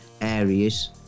areas